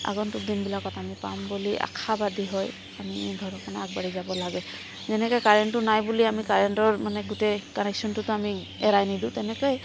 আগন্তুক দিনবিলাকত আমি পাম বুলি আশাবাদী হয় আমি আগবাঢ়ি যাব লাগে যেনেকৈ কাৰেণ্টটো নাই বুলি আমি কাৰেণ্টৰ গোটেই কানেকশ্যনটোতো আমি এৰাই নিদিওঁ তেনেকৈয়ে